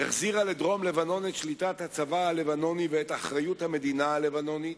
החזירה לדרום-לבנון את שליטת הצבא הלבנוני ואת אחריות המדינה הלבנונית,